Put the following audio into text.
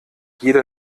jede